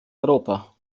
europa